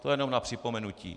To jenom na připomenutí.